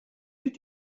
did